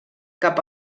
cap